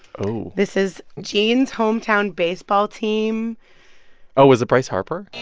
oh this is gene's hometown baseball team oh, was it bryce harper?